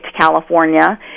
California